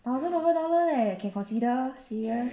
thousand over dollar leh can consider serious